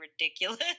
ridiculous